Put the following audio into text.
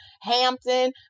Hampton